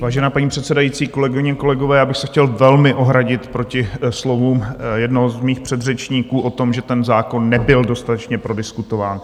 Vážená paní předsedající, kolegyně, kolegové, já bych se chtěl velmi ohradit proti slovům jednoho z mých předřečníků o tom, že ten zákon nebyl dostatečně prodiskutován.